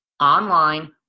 online